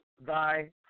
thy